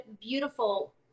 beautiful